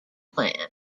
plan